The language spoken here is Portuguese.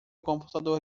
computador